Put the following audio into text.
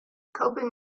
coping